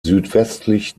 südwestlich